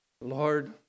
Lord